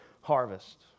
harvest